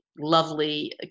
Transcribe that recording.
lovely